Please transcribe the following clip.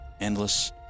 endless